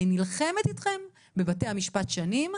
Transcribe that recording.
אני נלחמת אתכם בבתי המשפט שנים,